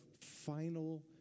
final